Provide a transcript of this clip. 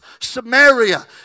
Samaria